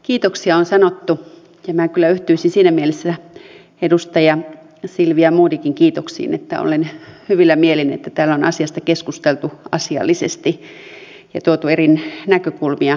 kiitoksia on sanottu ja minä kyllä yhtyisin siinä mielessä edustaja silvia modigin kiitoksiin että olen hyvillä mielin että täällä on asiasta keskusteltu asiallisesti ja tuotu eri näkökulmia esiin